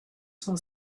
son